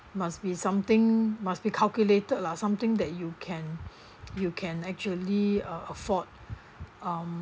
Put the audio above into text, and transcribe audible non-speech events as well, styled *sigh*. must be something must be calculated lah something that you can *breath* you can actually uh afford um